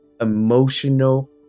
emotional